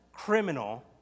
criminal